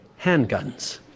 handguns